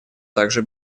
также